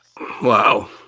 Wow